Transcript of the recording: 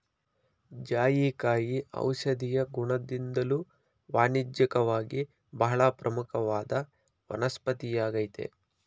ಜಾಯಿಕಾಯಿ ಔಷಧೀಯ ಗುಣದಿಂದ್ದಲೂ ವಾಣಿಜ್ಯಿಕವಾಗಿ ಬಹಳ ಪ್ರಮುಖವಾದ ವನಸ್ಪತಿಯಾಗಯ್ತೆ